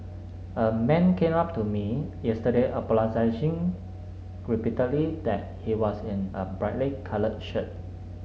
a man came up to me yesterday apologising repeatedly that he was in a brightly coloured shirt